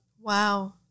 Wow